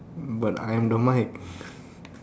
but I'm the mic